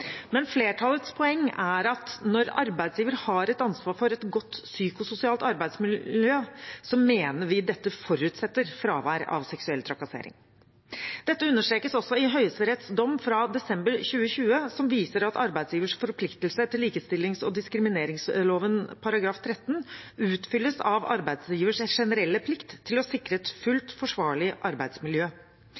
Men flertallets poeng er at når arbeidsgiver har et ansvar for et godt psykososialt arbeidsmiljø, forutsetter dette fravær av seksuell trakassering. Dette understrekes også i Høyesteretts dom fra desember 2020, som viser at arbeidsgivers forpliktelser etter likestillings- og diskrimineringsloven § 13 utfylles av arbeidsgivers generelle plikt til å sikre et fullt forsvarlig arbeidsmiljø.